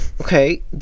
Okay